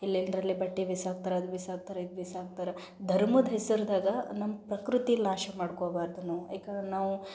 ಎಲ್ಲೆಂದರಲ್ಲೆ ಬಟ್ಟೆ ಬಿಸಾಕ್ತಾರೆ ಅದು ಬಿಸಾಕ್ತಾರೆ ಇದು ಬಿಸಾಕ್ತಾರೆ ಧರ್ಮದ ಹೆಸರ್ದಾಗೆ ನಮ್ಮ ಪ್ರಕೃತಿ ನಾಶ ಮಾಡ್ಕೋಬಾರದು ನಾವು ಏಕಂದ್ರೆ ನಾವು